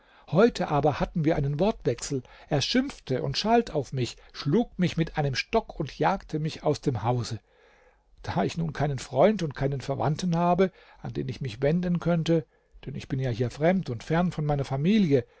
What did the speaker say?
heute aber hatten wir einen wortwechsel er schimpfte und schalt auf mich schlug mich mit einem stock und jagte mich aus dem hause da ich nun keinen freund und keinen verwandten habe an den ich mich wenden könnte denn ich bin ja hier fremd und fern von meiner familie